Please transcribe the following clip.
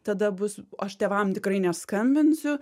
tada bus aš tėvam tikrai neskambinsiu